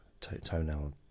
toenail